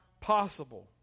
possible